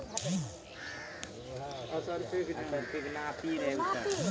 आइ काल्हि नगद फसल जेना चाय, रबर आ केरा सेहो उपजाएल जा रहल छै